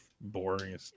boring